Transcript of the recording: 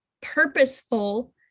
purposeful